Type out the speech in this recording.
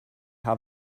how